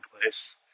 place